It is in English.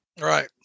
Right